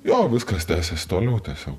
jo viskas tęsėsi toliau tiesiog